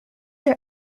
are